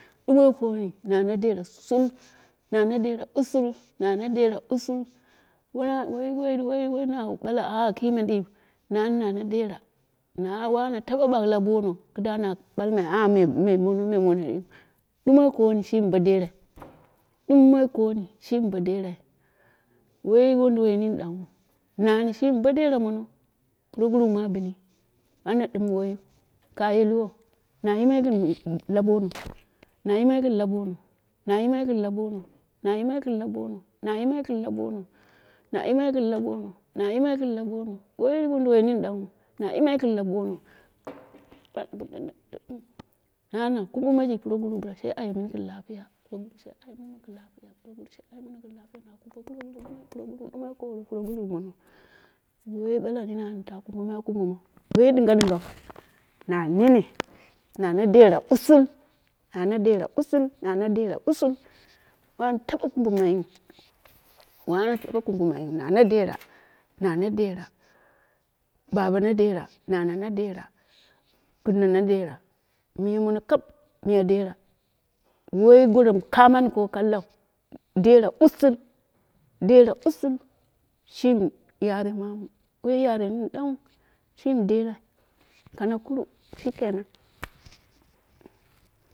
Dumoi komi, na na dera usul na na dera usul, na wai wai wai na bala ki wai diu, nami na na dera wana taba buu la bono kida na bulmiu nh memono me mono dunoi konu shimi bo derai, dumoi komi shimi bo derai, wai wunduwai wini danghu, eh shimi bo dera mono, proguru ma a bini ama dimmai wu kaye liwu, ama yimai gɨn la bono, ama yimai gin la bono, ana yimai yin lu bono ama yimai gin la bono na yimai gin la bono, na yimai gɨn la bono, na yimai gɨn la bono, na yimai gin la bono, wai wudu wai mini dang na na yimui gin la beno nuwi na kumma be proguru bilu she eyene, gɨn lapiya proguru she ayene yin lapiya proguru dumoi koro, proguru mono ye bala gɨm wan ta karfi mono ko wai dingha din dingha. Nani nu na dera usul nu nu dera usul, na na dera usul wani taba kumbimai wu, wan kukuma na dera, na na dera babu na dera, mama na dera kinno na dera, molno kar na dera wai dera kaa mari ko kullum dera usul, dera usul, shimi yare mono, wai yare nene danghu shimi derai kana kuru shikenan,